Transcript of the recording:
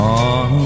on